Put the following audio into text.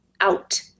out